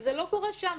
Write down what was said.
וזה לא קורה שם,